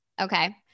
Okay